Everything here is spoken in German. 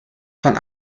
von